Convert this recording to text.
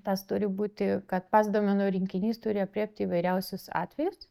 tas turi būti kad pats duomenų rinkinys turi aprėpti įvairiausius atvejus